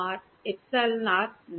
আর εr না